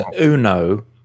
Uno